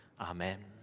Amen